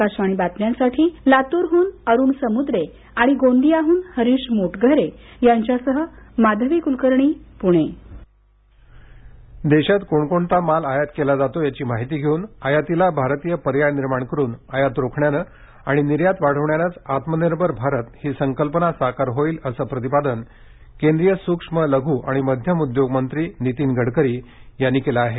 आकाशवाणी बातम्यांसाठी लातूरहून अरुण समुद्रे आणि गोंदियाहून हरीश मोटघरे यांच्यासह माधवी कुलकर्णी पूणे आयात गडकरी देशात कोणकोणता माल आयात केला जातो याची माहिती घेऊन आयातीला भारतीय पर्याय निर्माण करून आयात रोखण्यानं आणि निर्यात वाढविण्यानंच आत्मनिर्भर भारत ही संकल्पना साकार होईल असं प्रतिपादन केंद्रीय सूक्ष्म लघू आणि मध्यम उद्योग मंत्री नितीन गडकरी यांनी केलं आहे